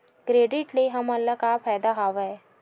Credit ले हमन ला का फ़ायदा हवय?